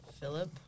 Philip